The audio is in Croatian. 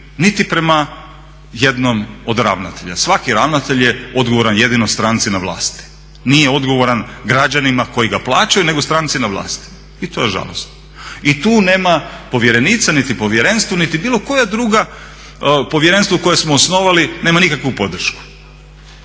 niti prema jednom od ravnatelja. Svaki ravnatelj je odgovoran jedino stranci na vlasti, nije odgovoran građanima koji ga plaćaju nego stranci na vlasti i to je žalosno. I tu nema povjerenice ni povjerenstva niti bilo koje drugo povjerenstvo koje smo osnovali nema nikakvu podršku.